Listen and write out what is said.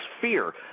fear